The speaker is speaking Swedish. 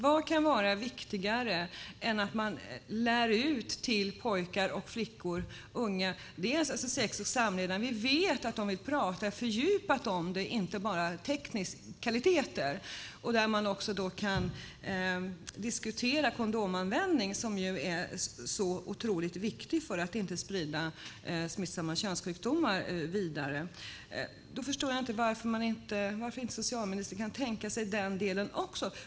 Vad kan vara viktigare än att lära ut sex och samlevnad till pojkar och flickor, till unga? Vi vet att de vill prata fördjupat om det, inte bara teknikaliteter. Där kan man också diskutera kondomanvändning, som är så otroligt viktig för att inte sprida smittsamma könssjukdomar. Jag förstår inte varför socialministern inte kan tänka sig den delen också.